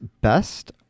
best